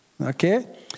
Okay